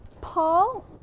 Paul